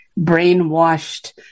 brainwashed